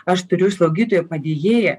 aš turiu slaugytojo padėjėją